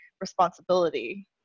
responsibility